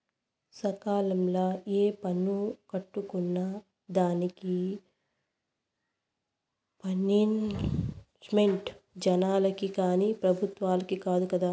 సకాలంల ఏ పన్ను కట్టుకున్నా దానికి పనిష్మెంటు జనాలకి కానీ పెబుత్వలకి కాదు కదా